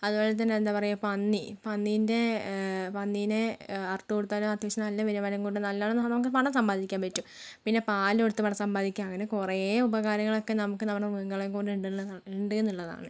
അതുപോലെത്തന്നെ എന്താ പറയാ പന്നി പന്നീന്റെ പന്നീനെ അറുത്ത് കൊടുത്താൽ അത്യാവശ്യം നല്ല വരുമാനം കിട്ടും നല്ലോണം നമുക്ക് പണം സമ്പാദിക്കാൻ പറ്റും പിന്നെ പാൽ കൊടുത്ത് പണം സമ്പാദിക്കാം അങ്ങനെ കുറെ ഉപകാരങ്ങളൊക്കെ നമുക്ക് നമ്മുടെ മൃഗങ്ങളെ കൊണ്ടിട്ട് ഉണ്ടെന്ന് ഉള്ളതാണ്